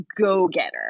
go-getter